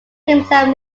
himself